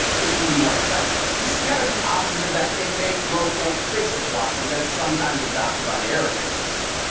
which can be more expensive. this is kind of the opposite of the if it ain't broke don't fix it philosophy that's sometimes adopted by the aerospace industry.